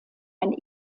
ein